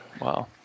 Wow